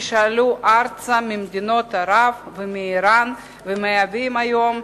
מי שעלו ארצה ממדינות ערב ומאירן ומהווים היום,